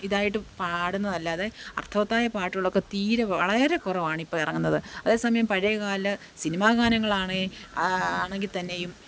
ഇതായിട്ട് പാടുന്നതല്ലാതെ അർത്ഥവത്തായ പാട്ടുകളൊക്കെ തീരെ വളരെ കുറവാണിപ്പം ഇറങ്ങുന്നത് അതേ സമയം പഴയകാല സിനിമാ ഗാനങ്ങളാണെങ്കിൽ ആണെങ്കിൽ തന്നെയും